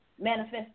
manifest